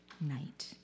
night